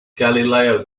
galileo